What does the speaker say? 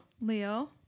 Leo